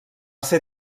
ser